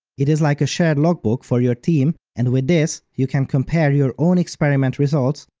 it is like a shared logbook for your team, and with this, you can compare your own experiment results,